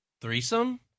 threesome